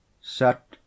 Set